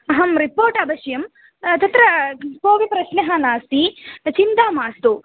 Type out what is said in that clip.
अहं रिपोर्ट् अवश्यं तत्र कोपि प्रश्नः नास्ति चिन्ता मास्तु